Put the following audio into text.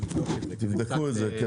נבדוק את זה.